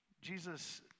Jesus